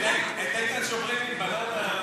איתן שוברים עם בננה אמיתית.